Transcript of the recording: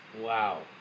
Wow